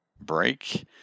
break